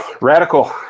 Radical